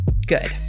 good